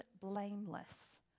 blameless